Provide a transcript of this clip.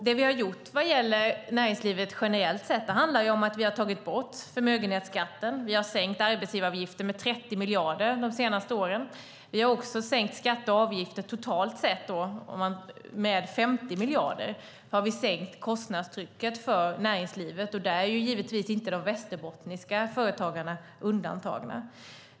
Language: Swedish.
Det vi har gjort vad gäller näringslivet generellt sett handlar om att vi har tagit bort förmögenhetsskatten, sänkt arbetsgivaravgiften med 30 miljarder de senaste åren samt också sänkt skatter och avgifter totalt sett med 50 miljarder. Därmed har vi sänkt kostnadstrycket för näringslivet. Där är givetvis inte de västerbottniska företagarna undantagna.